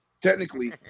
technically